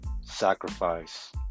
Sacrifice